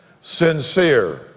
sincere